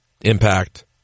Impact